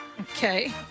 Okay